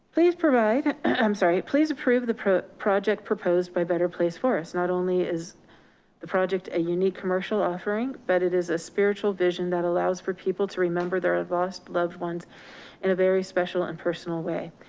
please provide i'm sorry, please approve the project proposed by better place forest. not only is the project a unique commercial offering, but it is a spiritual vision that allows for people to remember their lost loved ones in a very special and personal way.